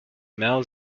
mao